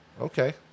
Okay